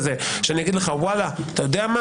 שאני אגיד לך: אתה יודע,